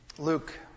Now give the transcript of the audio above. Luke